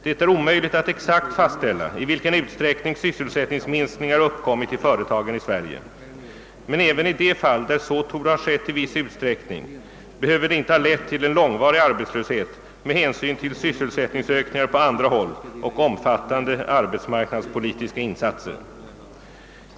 Det är omöjligt att exakt fastställa i vilken utsträckning sysselsättningsminskningar uppkommit i företagen i Sverige. Men även i de fall där så torde ha skett i viss utsträckning behöver det inte ha lett till en långvarig arbetslöshet med hänsyn till sysselsättningsökningar på andra håll och omfattande arbetsmarknadspolitiska insatser.